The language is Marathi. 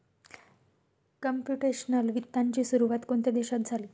कंप्युटेशनल वित्ताची सुरुवात कोणत्या देशात झाली?